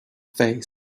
face